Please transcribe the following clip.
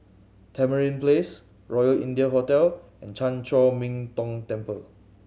Tamarind Place Royal India Hotel and Chan Chor Min Tong Temple